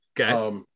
Okay